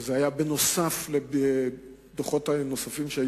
וזה היה דוח נוסף על דוחות שהיו,